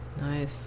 Nice